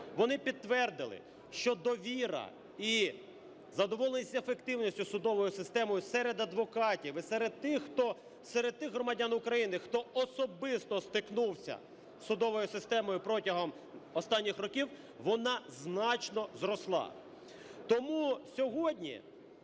вони підтвердили, що довіра і задоволеність ефективністю судовою системою серед адвокатів і серед тих громадян України, хто особисто стикнувся з судовою системою протягом останніх років, вона значно зросла.